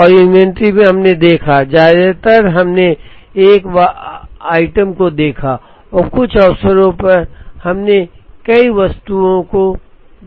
और इन्वेंट्री में हमने देखा ज्यादातर बार हमने एक आइटम को देखा और कुछ अवसरों पर हमने कई वस्तुओं को देखा